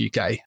UK